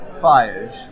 Fires